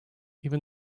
even